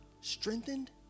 strengthened